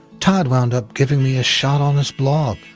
todd wound up giving me a shot on this blog,